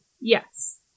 Yes